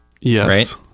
Yes